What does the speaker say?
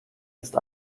ist